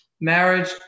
marriage